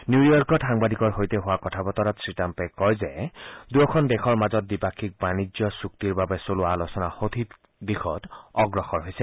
new ইয়ৰ্কত সাংবাদিকৰ সৈতে হোৱা কথা বতৰাত শ্ৰীট্টাম্পে কয় যে দুয়োখন দেশৰ মাজত দ্বিপাক্ষিক বাণিজ্য চুক্তিৰ বাবে চলোৱা আলোচনা সঠিক দিশত অগ্ৰসৰ হৈছে